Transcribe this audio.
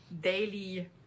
daily